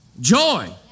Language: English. Joy